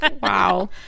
Wow